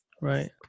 Right